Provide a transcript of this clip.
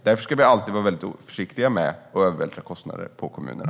Därför ska vi alltid vara försiktiga med att vältra över kostnader på kommunerna.